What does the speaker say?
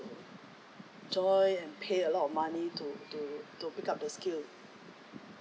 join and pay a lot of money to to to pick up the skill